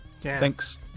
Thanks